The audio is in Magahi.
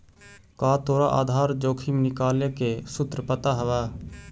का तोरा आधार जोखिम निकाले के सूत्र पता हवऽ?